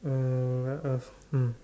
um there's a fountain